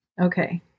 Okay